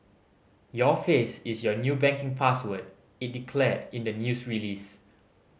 your face is your new banking password it declared in the news release